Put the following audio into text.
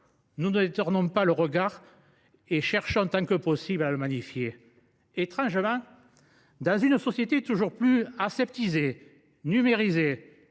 nous ne détournons pas le regard, mais cherchons, autant que possible, à la magnifier. Étrangement, dans une société toujours plus aseptisée et numérisée,